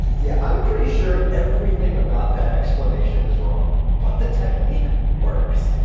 yeah, i'm pretty sure everything about that explanation is wrong. but the technique works.